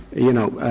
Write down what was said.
you know,